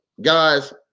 guys